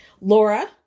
Laura